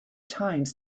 times